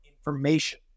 information